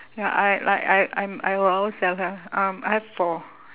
ya I like I I'm I will always tell her um I have four